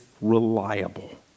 reliable